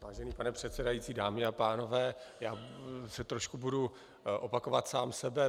Vážený pane předsedající, dámy a pánové, já trošku budu opakovat sám sebe.